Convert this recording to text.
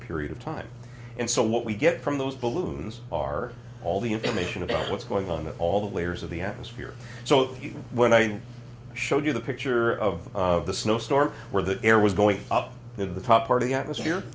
period of time and so what we get from those balloons are all the information about what's going on all the layers of the atmosphere so when i showed you the picture of the snowstorm where the air was going up at the top party atmosphere